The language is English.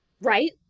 Right